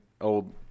old